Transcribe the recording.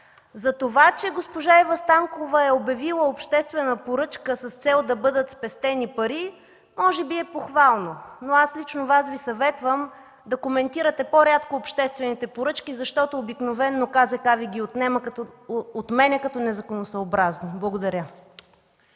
Това, че госпожа Ива Станкова е обявила обществена поръчка с цел да бъдат спестени пари, може би е похвално, но аз лично Вас Ви съветвам да коментирате по-рядко обществените поръчки, защото обикновено Комисията по защита на конкуренцията Ви ги отменя като незаконосъобразни. Благодаря.